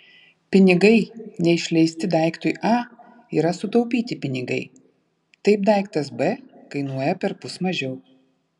pinigai neišleisti daiktui a yra sutaupyti pinigai taip daiktas b kainuoja perpus mažiau